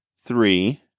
three